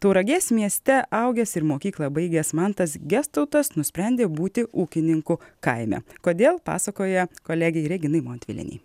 tauragės mieste augęs ir mokyklą baigęs mantas gestautas nusprendė būti ūkininku kaime kodėl pasakoja kolegei reginai montvilienei